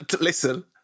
Listen